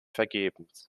vergebens